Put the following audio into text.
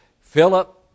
Philip